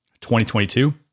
2022